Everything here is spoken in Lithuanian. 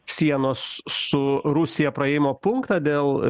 sienos su rusija praėjimo punktą dėl